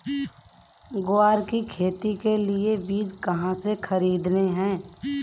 ग्वार की खेती के लिए बीज कहाँ से खरीदने हैं?